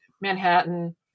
manhattan